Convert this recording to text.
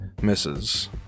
Misses